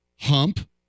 hump